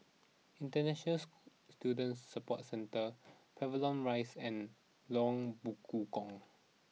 International Student Support Centre Pavilion Rise and Lorong Bekukong